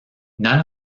none